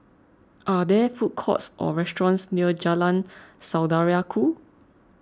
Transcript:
are there food courts or restaurants near Jalan Saudara Ku